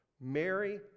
Mary